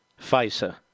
FISA